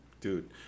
dude